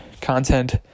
content